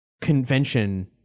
convention